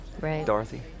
Dorothy